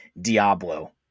Diablo